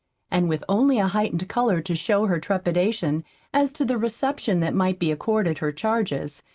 and with only a heightened color to show her trepidation as to the reception that might be accorded her charges,